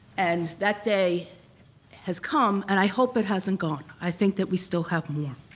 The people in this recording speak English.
and that day has come, and i hope it hasn't gone. i think that we still have more.